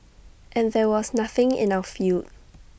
and there was nothing in our field